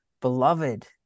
beloved